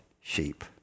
sheep